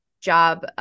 job